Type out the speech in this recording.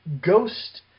ghost